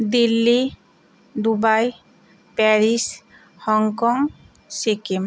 Delhi Dubai Paris Hong Kong Sikkim